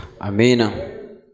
Amen